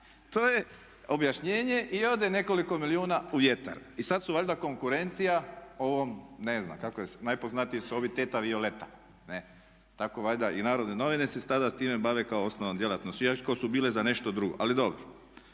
to je objašnjenje i ode nekoliko milijuna u vjetar. I sad su valjda konkurencija ovom ne znam kako se zove, najpoznatiji su ovi Teta Violeta ne', tako valjda i Narodne novine se sada s time bave kao osnovna djelatnost iako su bile za nešto drugo. Ali dobro.